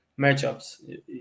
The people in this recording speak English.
matchups